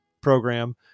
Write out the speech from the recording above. program